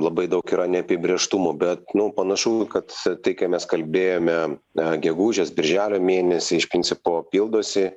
labai daug yra neapibrėžtumų bet panašu kad tai ką mes kalbėjom na gegužės birželio mėnesį iš principo pildosi